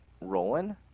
rolling